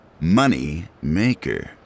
Moneymaker